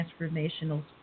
transformational